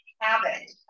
habit